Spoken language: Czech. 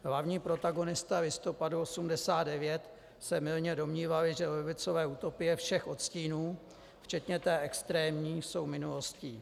Hlavní protagonisté listopadu 89 se mylně domnívali, že levicové utopie všech odstínů včetně té extrémní jsou minulostí.